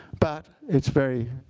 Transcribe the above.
but it's very,